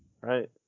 Right